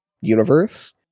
universe